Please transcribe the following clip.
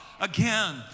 again